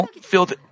filled